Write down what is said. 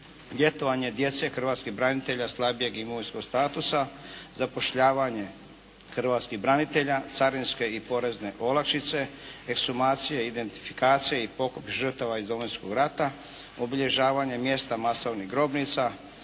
ljetovanje djece hrvatskih branitelja slabijeg imovinskog statusa, zapošljavanje hrvatskih branitelja, carinske i porezne olakšice, ekshumacije, identifikacije i pokop žrtava iz Domovinskog rata, obilježavanje mjesta masovnih grobnica,